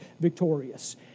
victorious